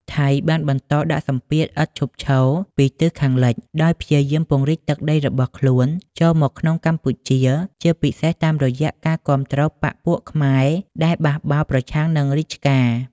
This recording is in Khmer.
ថៃបានបន្តដាក់សម្ពាធឥតឈប់ឈរពីទិសខាងលិច ដោយព្យាយាមពង្រីកទឹកដីរបស់ខ្លួនចូលមកក្នុងកម្ពុជា ជាពិសេសតាមរយៈការគាំទ្របក្សពួកខ្មែរដែលបះបោរប្រឆាំងនឹងរាជការ។